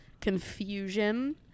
Confusion